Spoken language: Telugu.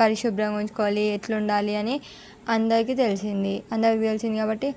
పరిశుభ్రంగా ఉంచుకోవాలి ఎలా ఉండాలి అని అందరికీ తెలిసింది అందరు తెలిసింది కాబట్టి